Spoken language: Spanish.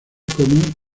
como